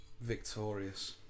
Victorious